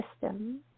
system